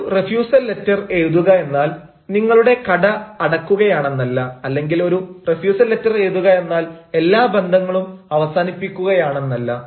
ഒരു refusal letter എഴുതുക എന്നാൽ നിങ്ങളുടെ കട അടക്കുകയാണെന്നല്ല അല്ലെങ്കിൽ ഒരു റിഫ്യുസൽ ലെറ്റർ എഴുതുക എന്നാൽ എല്ലാ ബന്ധങ്ങളും അവസാനിപ്പിക്കുകയാണെന്നല്ല